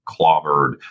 clobbered